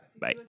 Bye